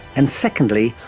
and secondly,